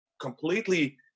completely